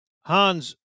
Hans